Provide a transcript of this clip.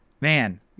man